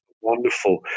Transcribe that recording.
wonderful